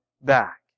back